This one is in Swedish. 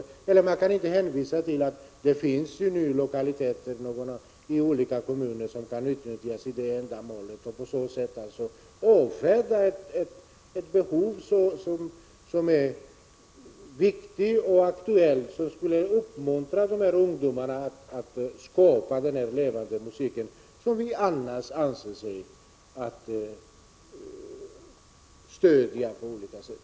Inte heller kan man hänvisa till att det finns lokaliteter i olika kommuner som kan utnyttjas för ifrågavarande ändamål. På så sätt kan man inte avfärda behovet och avvisa tanken på ett viktigt och aktuellt stöd, som skulle kunna uppmuntra ungdomarna att skapa den här musiken, som vi alla säger oss vilja stödja på olika sätt.